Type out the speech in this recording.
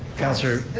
councilor?